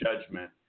judgment